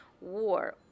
war